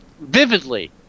vividly